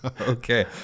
Okay